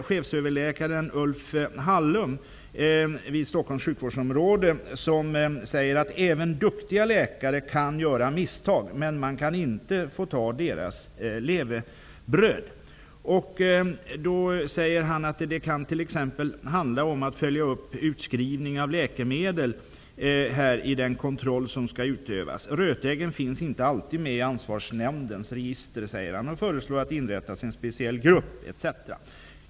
Chefsöverläkare Ulf Hallum i Stockholms sjukvårdsområde säger att även duktiga läkare kan göra misstag, men att man inte kan få ta deras levebröd från dem för det. Han säger att det t.ex. kan handla om att följa upp utskrivning av läkemedel i den kontroll som skall utövas. Rötäggen finns inte alltid med i ansvarsnämndens register, säger han, och föreslår att det inrättas en speciell grupp etc.